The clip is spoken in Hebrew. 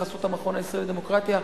בחסות המכון הישראלי לדמוקרטיה.